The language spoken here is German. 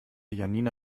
janina